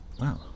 Wow